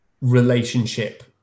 relationship